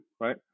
right